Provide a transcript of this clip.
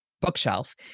Bookshelf